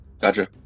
Gotcha